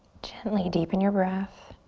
gently deepen your breath.